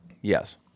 Yes